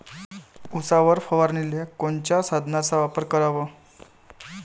उसावर फवारनीले कोनच्या साधनाचा वापर कराव?